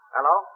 Hello